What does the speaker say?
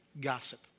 gossip